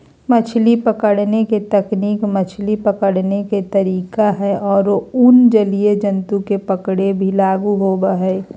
मछली पकड़े के तकनीक मछली पकड़े के तरीका हई आरो अन्य जलीय जंतु के पकड़े पर भी लागू होवअ हई